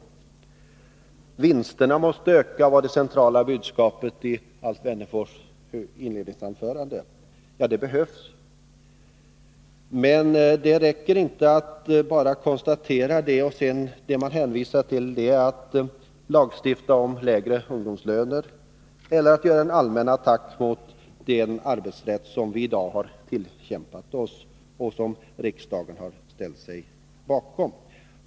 Nr 54 Vinsterna måste öka var det centrala budskapet i Alf Wennerfors Fredagen den inledningsanförande. Ja, det behövs, men det räcker inte att bara konstatera 17 december 1982 det och sedan hänvisa till lagstiftning om lägre ungdomslöner eller att göra en allmän attack mot den arbetsrätt som vi i dag har tillkämpat oss och som Särskilda syssel riksdagen har ställt sig bakom.